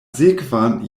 sekvan